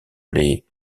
les